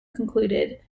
concluded